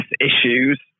issues